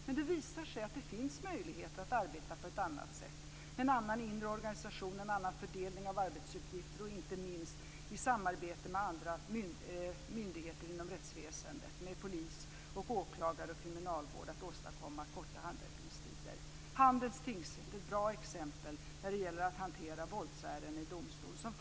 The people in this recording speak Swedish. Men det visar sig att det finns möjligheter att arbeta på ett annat sätt, med en annan inre organisation, en annan fördelning av arbetsuppgifter och inte minst i samarbete med andra myndigheter inom rättsväsendet, med polis, åklagare och kriminalvård, för att åstadkomma korta handläggningstider. Handens tingsrätt är ett bra exempel när det gäller att hantera våldsärenden i domstol.